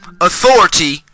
authority